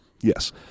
Yes